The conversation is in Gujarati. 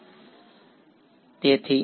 વિદ્યાર્થી